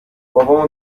بابام